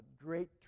great